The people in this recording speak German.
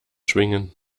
schwingen